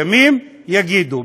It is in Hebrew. ימים יגידו.